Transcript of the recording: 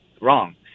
wrong